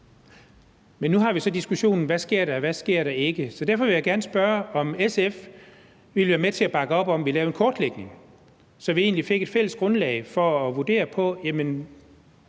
Men nu har vi så diskussionen: Hvad sker der, og hvad sker der ikke? Så derfor vil jeg gerne spørge, om SF vil bakke op om, at vi laver en egentlig kortlægning, så vi får et fælles grundlag for at vurdere, om